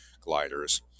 gliders